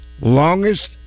longest